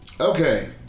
Okay